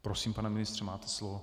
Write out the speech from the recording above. Prosím, pane ministře, máte slovo.